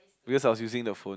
because I was using the phone